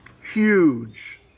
huge